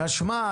חשמל,